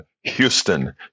Houston